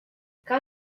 cal